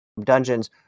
dungeons